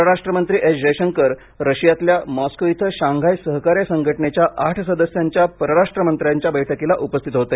परराष्ट्रमंत्री एस जयशंकर रशियातल्या मॉस्को इथं शांघाय सहकार्य संघटनेच्या आठ सदस्यांच्या परराष्ट्र मंत्र्यांच्या बैठकीला उपस्थित होते